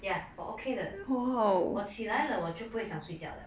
ya 我 okay 的我起来了我就不会想睡觉的